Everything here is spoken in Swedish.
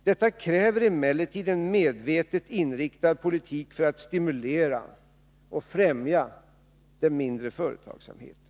Detta kräver emellertid en medvetet inriktad politik för att stimulera och främja den mindre företagsamheten.